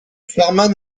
farman